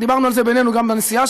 דיברנו על זה ביננו גם בנסיעה,